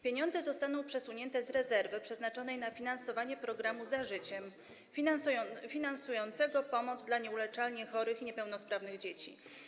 Pieniądze zostaną przesunięte z rezerwy przeznaczonej na finansowanie programu „Za życiem” finansującego pomoc dla nieuleczalnie chorych i niepełnosprawnych dzieci.